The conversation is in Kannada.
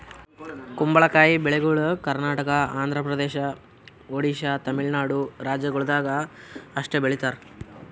ಕುಂಬಳಕಾಯಿ ಬೆಳಿಗೊಳ್ ಕರ್ನಾಟಕ, ಆಂಧ್ರ ಪ್ರದೇಶ, ಒಡಿಶಾ, ತಮಿಳುನಾಡು ರಾಜ್ಯಗೊಳ್ದಾಗ್ ಅಷ್ಟೆ ಬೆಳೀತಾರ್